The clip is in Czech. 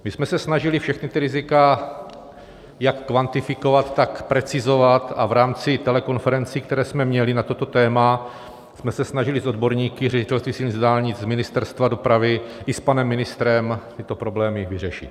My jsme se snažili všechna ta rizika jak kvantifikovat, tak precizovat a v rámci telekonferencí, které jsme měli na toto téma, jsme se snažili s odborníky Ředitelství silnic a dálnic, Ministerstva dopravy i s panem ministrem tyto problémy vyřešit.